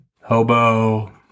Hobo